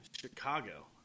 Chicago